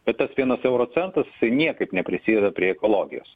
bet tas vienas euro centas jisai niekaip neprisideda prie ekologijos